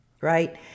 right